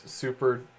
Super